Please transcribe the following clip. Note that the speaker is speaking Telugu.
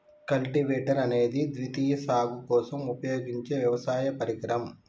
కల్టివేటర్ అనేది ద్వితీయ సాగు కోసం ఉపయోగించే వ్యవసాయ పరికరం